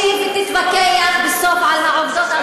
תקשיב ותתווכח בסוף על העובדות,